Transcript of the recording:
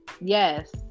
yes